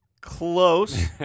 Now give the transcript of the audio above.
Close